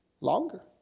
Longer